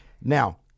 Now